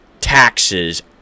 taxes